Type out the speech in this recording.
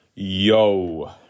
Yo